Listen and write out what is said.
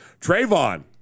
Trayvon